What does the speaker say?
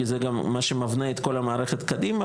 כי זה גם מה שמבנה את כל המערכת קדימה.